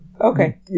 Okay